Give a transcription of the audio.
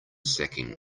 sacking